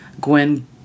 Gwen